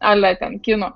ale ten kino